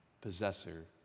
possessor